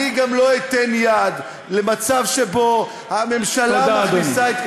אני גם לא אתן יד למצב שבו הממשלה מכניסה את ידה,